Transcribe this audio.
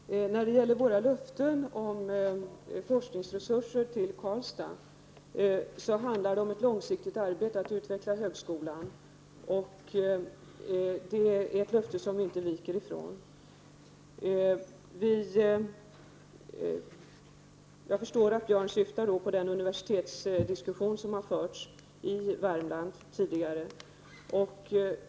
Herr talman! När det gäller våra löften om forskningsresurser till Karlstad vill jag säga att det handlar om ett långsiktigt arbete att utveckla högskolan, och det är ett löfte som vi inte viker ifrån. Jag förstår att Björn Samuelson syftar på den universitetsdiskussion som har förts i Värmland tidigare.